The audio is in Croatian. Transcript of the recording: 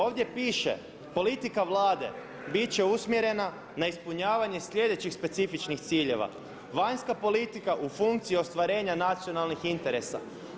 Ovdje piše politika Vlade bit će usmjerena na ispunjavanje slijedećih specifičnih ciljeva, vanjska politika u funkciju ostvarenja nacionalnih interesa.